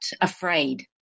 afraid